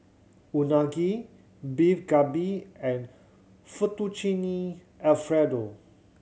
Unagi Beef Galbi and Fettuccine Alfredo